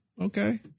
Okay